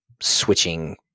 switching